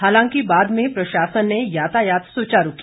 हालांकि बाद में प्रशासन ने यातायात सुचारू किया